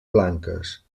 blanques